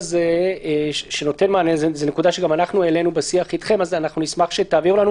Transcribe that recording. זו נקודה שגם אנחנו העלינו בשיח אתכם - נשמח שתעבירו לנו,